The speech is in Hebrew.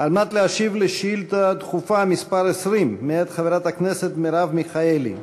על מנת להשיב על שאילתה דחופה מס' 20 מאת חברת הכנסת מרב מיכאלי.